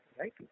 right